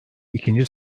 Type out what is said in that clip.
ikinci